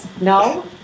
No